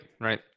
right